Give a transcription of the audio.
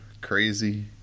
crazy